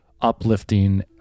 uplifting